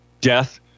death